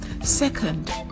Second